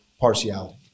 partiality